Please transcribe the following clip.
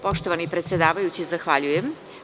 Poštovani predsedavajući, zahvaljujem.